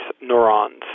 neurons